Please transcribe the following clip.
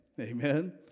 Amen